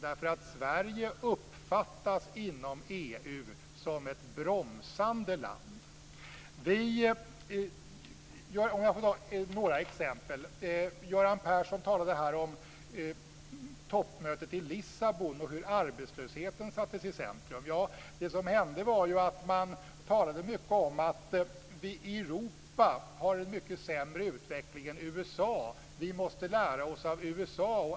Inom EU uppfattas Sverige som ett bromsande land. Jag kan ge några exempel. Göran Persson talade om toppmötet i Lissabon och om hur arbetslösheten sattes i centrum. Man talade mycket om att vi i Europa har en mycket sämre utveckling än USA, och att vi måste lära oss av USA.